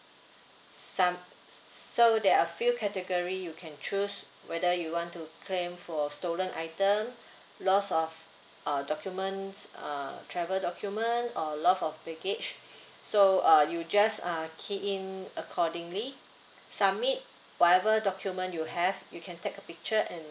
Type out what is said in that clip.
some s~ s~ so there are few category you can choose whether you want to claim for stolen item loss of uh document uh travel document or lost of baggage so uh you just uh key in accordingly submit whatever document you have you can take a picture and